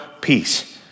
peace